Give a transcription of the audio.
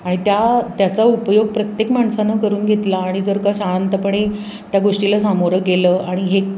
आणि त्या त्याचा उपयोग प्रत्येक माणसानं करून घेतला आणि जर का शांतपणे त्या गोष्टीला सामोरं गेलं आणि हे